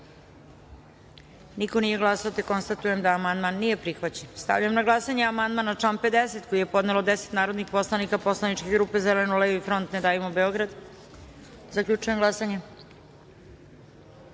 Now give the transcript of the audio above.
Niko nije glasao. Konstatujem da amandman nije prihvaćen. Stavljam na glasanje amandman na član 50. koji je podelo 10 narodnih poslanika Poslaničke grupe Zeleno-levi front – Ne davimo Beograd. Zaključujem glasanje: